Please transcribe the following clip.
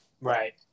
Right